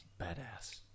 Badass